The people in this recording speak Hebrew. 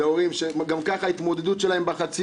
אלה הורים שגם ככה ההתמודדות שלהם בחצי